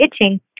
itching